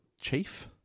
Chief